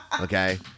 okay